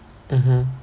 (uh huh)